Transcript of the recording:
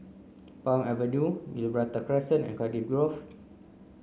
Palm Avenue Gibraltar Crescent and Cardiff Grove